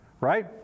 Right